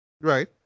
Right